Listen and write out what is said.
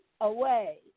away